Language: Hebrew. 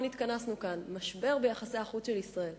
נתכנסו כאן: משבר ביחסי החוץ של ישראל.